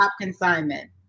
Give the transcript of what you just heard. consignment